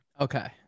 Okay